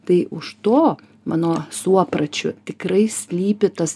tai už to mano suopračiu tikrai slypi tas